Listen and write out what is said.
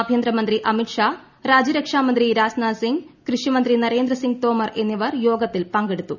ആഭ്യന്തരമന്ത്രി അമിത് ഷ്ടാ രാജ്യരക്ഷാമന്ത്രി രാജ്നാഥ് സിംഗ് കൃഷിമന്ത്രി ന്ടരേന്ദ്ര ്സിംഗ് തോമർ എന്നിവർ യോഗത്തിൽ പങ്കെടുത്തു